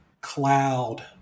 cloud